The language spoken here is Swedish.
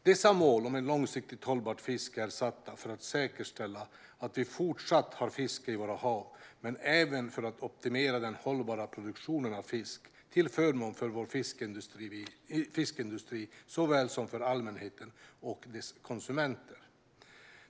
Dessa mål om ett långsiktigt hållbart fiske är satta för att säkerställa att vi fortsatt har fisk i våra hav, men även för att optimera den hållbara produktionen av fisk till förmån för såväl vår fiskeindustri som allmänheten och dess konsumenter.